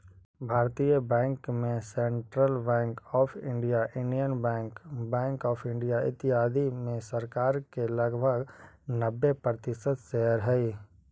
भारतीय बैंक में central bank of India, Indian bank, bank of India, इत्यादि में सरकार के लगभग नब्बे प्रतिशत शेयर हइ